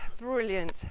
brilliant